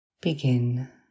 begin